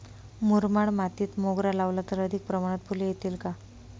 मुरमाड मातीत मोगरा लावला तर अधिक प्रमाणात फूले येतील का?